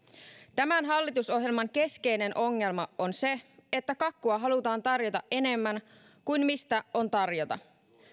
tämän hallitusohjelman keskeinen ongelma on se että kakkua halutaan tarjota enemmän kuin mistä on tarjota